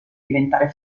diventare